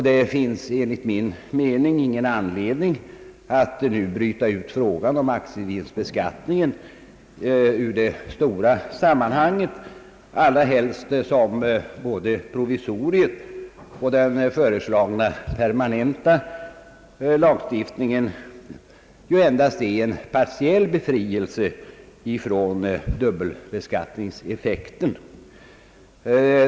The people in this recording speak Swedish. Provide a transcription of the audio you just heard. Det finns enligt min mening ingen anledning att nu bryta ut frågan om aktievinstbeskattningen ur det stora sammanhanget, allra helst som både provisoriet och den föreslagna permanenta lagstiftningen endast innebär en partiell befrielse från dubbel beskattningseffekten.